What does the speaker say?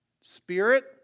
Spirit